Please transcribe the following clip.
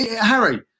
Harry